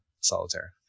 solitaire